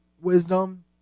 wisdom